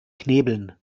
knebeln